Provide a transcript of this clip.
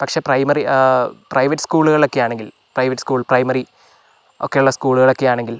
പക്ഷെ primary private സ്കൂളുകളിലൊക്കെയാണെങ്കിൽ private school primary ഒക്കെയുള്ള സ്കൂളുകളൊക്കെ ആണെങ്കിൽ